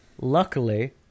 Luckily